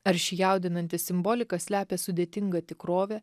ar ši jaudinanti simbolika slepia sudėtingą tikrovę